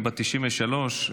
בת 93,